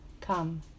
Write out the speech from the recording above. Come